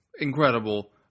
Incredible